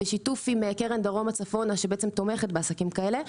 בשיתוף עם קרן דרומה צפונה שתומכת בעסקים כאלה,